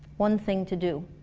one thing to do